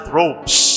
ropes